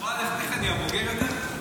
את רואה איך אני הבוגר יותר?